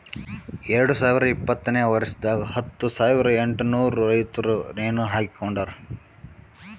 ಎರಡು ಸಾವಿರ ಇಪ್ಪತ್ತನೆ ವರ್ಷದಾಗ್ ಹತ್ತು ಸಾವಿರ ಎಂಟನೂರು ರೈತುರ್ ನೇಣ ಹಾಕೊಂಡಾರ್